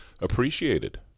appreciated